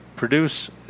produce